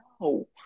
no